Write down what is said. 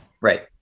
Right